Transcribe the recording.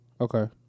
Okay